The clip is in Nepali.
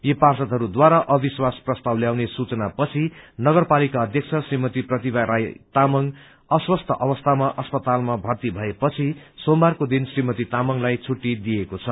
यी पार्षदहरूद्वारा अविश्वास प्रस्ताव ल्याउने सूचना पछि नगरपालिका अध्यक्ष श्रीमती प्रतिभा राई तामाङ अस्वस्थ अवस्थामा अस्पतालमा मर्ती मए पछि सोमबारको दिन श्रीमती तामाङलाई छुट्टी दिइएको थियो